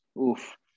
Oof